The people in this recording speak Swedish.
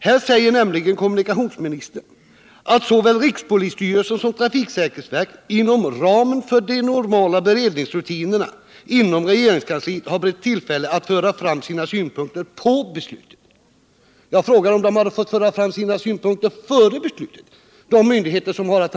Här säger nämligen kommunikationsministern ”att såväl rikspolisstyrelsen som trafiksäkerhetsverket inom ramen för de normala beredningsrutinerna inom regeringskansliet har beretts tillfälle att föra fram sina synpunkter på beslutet”. Fick de myndigheter som hade att handlägga frågan möjligheter att lägga fram sina synpunkter före beslutet?